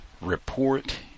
report